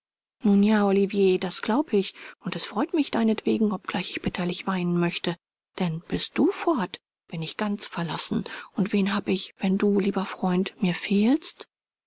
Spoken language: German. nun ja olivier das glaub ich und es freut mich deinetwegen obgleich ich bitterlich weinen möchte denn bist du fort bin ich ganz verlassen und wen hab ich wenn du lieber freund mir fehlst